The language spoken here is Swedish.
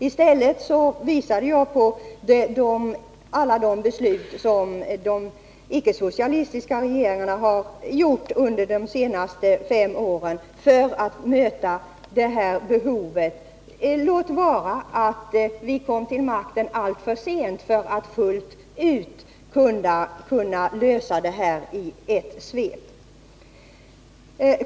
Jag har här visat på alla de beslut som de icke-socialistiska regeringarna har fattat under de senaste fem åren för att möta det här behovet, låt vara att vi kom till makten alltför sent för att fullt ut kunna lösa problemen i ett svep.